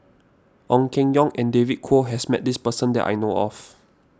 Ong Keng Yong and David Kwo has met this person that I know of